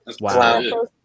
Wow